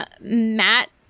Matt